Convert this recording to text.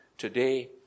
Today